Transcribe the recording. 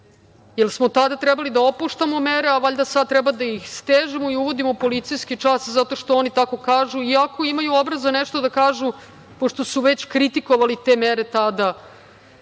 Jel smo tada trebali da popuštamo mere, a valjda sada treba da ih stežemo i uvodimo policijski čas zato što oni tako kažu iako imaju obraza nešto da kažu, pošto su već kritikovali te mere tada